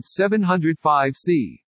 705C